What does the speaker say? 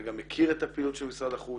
וגם מכיר את הפעילות של משרד החוץ.